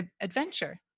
adventure